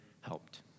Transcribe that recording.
helped